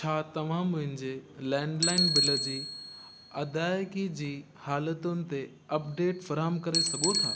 छा तव्हां मुंहिंजे लैंडलाइन बिल जी अदायगी जी हालतुनि ते अपडेट फराहम करे सघो था